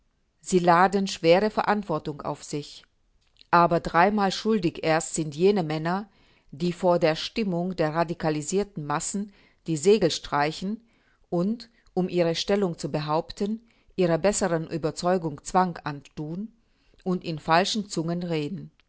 sie laden schwere verantwortung auf sich aber dreimal schuldig erst sind jene männer die vor der stimmung der radikalisierten massen die segel streichen und um ihre stellung zu behaupten ihrer besseren überzeugung zwang antun und in falschen zungen reden